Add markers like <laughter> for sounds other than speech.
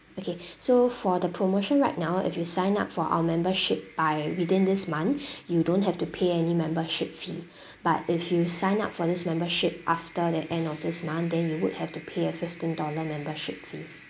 okay so for the promotion right now if you sign up for our membership by within this month <breath> you don't have to pay any membership fee <breath> but if you sign up for this membership after the end of this month then you would have to pay a fifteen dollar membership fee